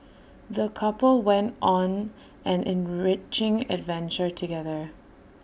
the couple went on an enriching adventure together